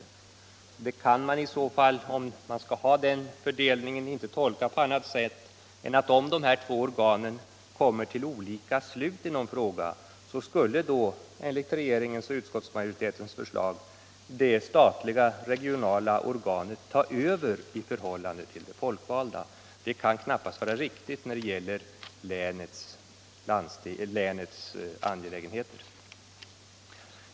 Om man skall ha den fördelningen att landstinget endast skall vara remissorgan kan det inte tolkas på annat sätt än att om de två organen kommer till olika beslut i en fråga, så skall enligt regeringens och utskottsmajoritetens förslag det statliga regionala organet ta över i förhållande till det folkvalda. Det kan knappast vara riktigt när det gäller länets angelägenheter.